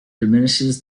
diminishes